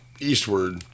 eastward